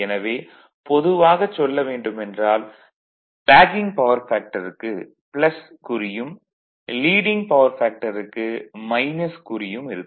எனவே பொதுவாகச் சொல்ல வேண்டுமென்றால் லேகிங் பவர் ஃபேக்டருக்கு "" குறியும் லீடிங் பவர் ஃபேக்டருக்கு "-" குறியும் இருக்கும்